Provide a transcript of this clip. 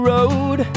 Road